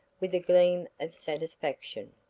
with a gleam of satisfaction.